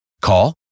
Call